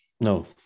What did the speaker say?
No